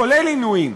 כולל עינויים,